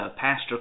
Pastor